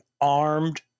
armed